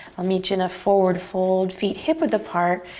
i'll meet you in a forward fold, feet hip-width apart